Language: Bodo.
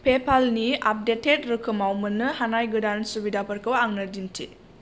पेप'लनि आपदेटेट रोखोमाव मोन्नो हानाय गोदान सुबिदाफोरखौ आंनो दिन्थि